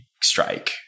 strike